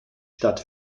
stadt